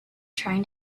trying